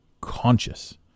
conscious